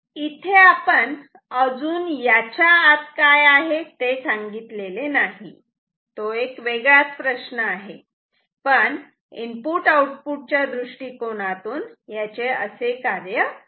इथे आपण अजून याच्या आत काय आहे ते सांगितले नाही तो एक वेगळाच प्रश्न आहे पण इनपुट आउटपुट च्या दृष्टिकोनातून याचे असे कार्य आहे